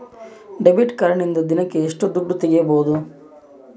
Debit ಕಾರ್ಡಿನಿಂದ ದಿನಕ್ಕ ಎಷ್ಟು ದುಡ್ಡು ತಗಿಬಹುದು?